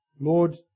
Lord